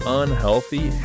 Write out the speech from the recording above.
unhealthy